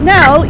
Now